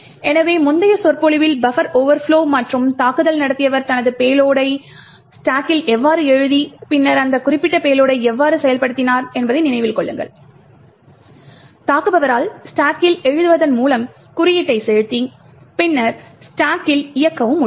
எனவே முந்தைய சொற்பொழிவில் பஃபர் ஓவர்ப்லொ மற்றும் தாக்குதல் நடத்தியவர் தனது பேலோடை ஸ்டாக்கில் எவ்வாறு எழுதி பின்னர் அந்த குறிப்பிட்ட பேலோடை எவ்வாறு செயல்படுத்தினார் என்பதை நினைவில் கொள்ளுங்கள் தாக்குபவரால் ஸ்டாக்கில் எழுதுவதன் மூலம் குறியீட்டை செலுத்தி பின்னர் ஸ்டாக்கில் இயக்கவும் முடியும்